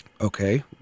Okay